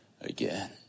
again